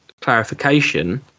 clarification